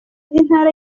intara